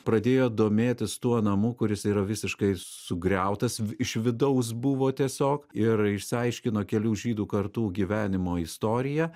pradėjo domėtis tuo namu kuris yra visiškai sugriautas iš vidaus buvo tiesiog ir išsiaiškino kelių žydų kartų gyvenimo istoriją